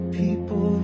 people